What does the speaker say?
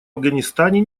афганистане